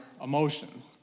emotions